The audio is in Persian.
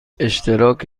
اشتراک